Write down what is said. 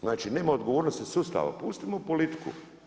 Znači nema odgovornosti sustava, pustimo politiku.